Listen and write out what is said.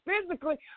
physically